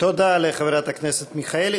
תודה לחברת הכנסת מיכאלי.